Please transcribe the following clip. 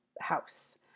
house